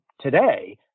today